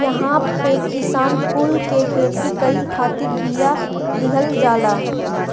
इहां पे किसान कुल के खेती करे खातिर बिया दिहल जाला